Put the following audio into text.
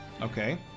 Okay